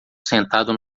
sentado